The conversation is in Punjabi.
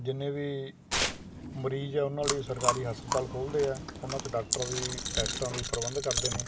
ਜਿੰਨੇ ਵੀ ਮਰੀਜ਼ ਆ ਉਹਨਾਂ ਲਈ ਸਰਕਾਰੀ ਹਸਪਤਾਲ ਖੋਲਦੇ ਆ ਉਹਨਾਂ 'ਚ ਡਾਕਟਰ ਦੀ ਟੈਸਟਾਂ ਦੀ ਪ੍ਰਬੰਧ ਕਰਦੇ ਨੇ